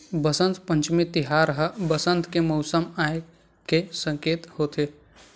बसंत पंचमी तिहार ह बसंत के मउसम आए के सकेत होथे